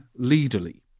leaderly